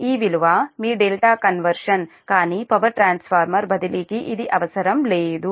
ఈ విలువ మీ ∆ కన్వర్షన్ కానీ పవర్ ట్రాన్స్ఫార్మర్ బదిలీకి ఇది అవసరం లేదు